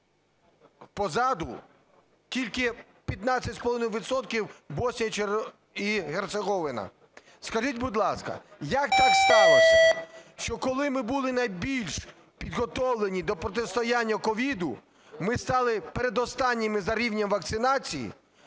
позаду, тільки 15,5 відсотка Боснія і Герцеговина. Скажіть, будь ласка, як так сталося, що коли ми були найбільш підготовлені до протистояння COVID, ми стали передостанніми за рівнем вакцинації